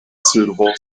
suitable